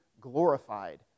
glorified